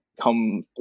come